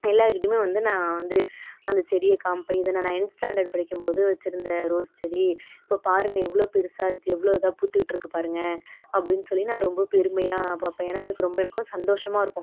எல்லார்க்கிட்டையுமே நான் வந்து அந்த செடியை காமிப்பேன் இதை நான் நைன்த் ஸ்டாண்டர்டு படிக்கும்போது வச்சுருந்த ரோஸ் செடி இப்போ பாருங்கள் எவ்வளோ பெருசாக இருக்கு எவ்வளோ இதாக பூத்துக்கிட்டு இருக்கு பாருங்கள் அப்படின் சொல்லி நான் ரொம்ப பெருமையாக பார்ப்பேன் ஏன்னா எனக்கு ரொம்ப இருக்கும் சந்தோஷமாக இருக்கும்